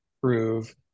prove